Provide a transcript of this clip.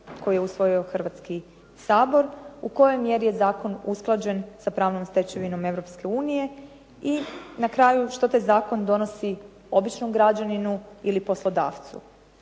koji je usvojio Hrvatski sabor, u kojoj mjeri je zakon usklađen sa pravnom stečevinom Europske unije i na kraju što taj zakon donosi običnom građaninu ili poslodavcu.